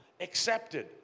Accepted